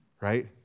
right